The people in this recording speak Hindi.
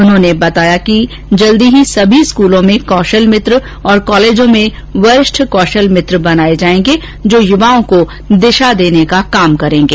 उन्होंने बताया कि जल्द की सभी स्कूलों में कौशल मित्र और कॉलेजों में वरिष्ठ कौशल मित्र बनाये जायेंगे जो युवाओं को दिशा देने का काम करेंगे